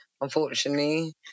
unfortunately